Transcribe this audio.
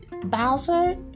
Bowser